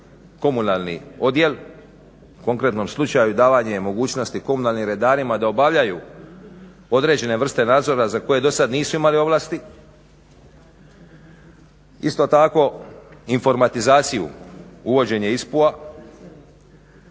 komunalni odjel, u konkretnom slučaju davanje mogućnosti komunalnim redarima da obavljaju određene vrste nadzora za koje dosad nisu imali ovlasti. Isto tako informatizaciju, uvođenje ISPU-a,